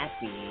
happy